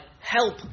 help